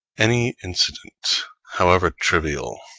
any incident, however trivial,